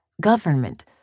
government